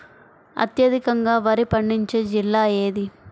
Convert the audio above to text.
అత్యధికంగా వరి పండించే జిల్లా ఏది?